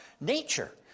nature